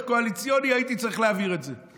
קואליציוני הייתי צריך להעביר את זה.